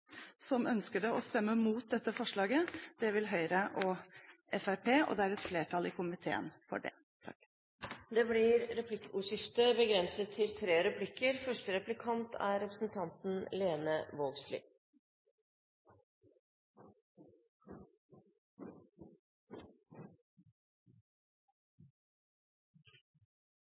som ønsker det, å stemme mot dette representantforslaget. Det vil Høyre og Fremskrittspartiet gjøre, og det er et flertall i komiteen for det. Det blir replikkordskifte. MMI-undersøkinga utført av Nettavisen som blei publisert tysdag, viser at to av tre kvinner er